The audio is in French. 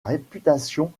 réputation